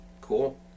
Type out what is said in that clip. Cool